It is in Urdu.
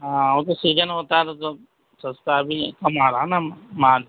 ہاں وہ تو سیجن ہوتا ہے تب تو سستا بھی کم آ رہا ہے نا مال